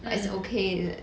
but it's okay